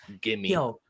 gimme